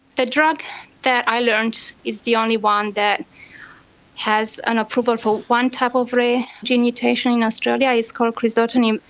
the drug that i learned is the only one that has an approval for one type of rare gene mutation in australia is called crizotinib.